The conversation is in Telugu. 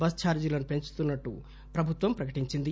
బస్ ఛార్జీలను పెంచుతున్నట్టు ప్రభుత్వం ప్రకటించింది